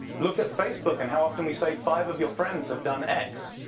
look at facebook and how often we say five of your friends have done x.